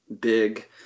big